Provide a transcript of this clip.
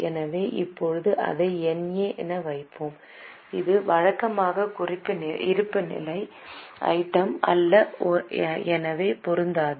எனவே இப்போது அதை NA என வைப்போம் இது வழக்கமான இருப்புநிலை ஐட்டம் அல்ல எனவே பொருந்தாது